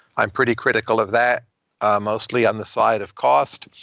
i'm pretty critical of that mostly on the side of cost.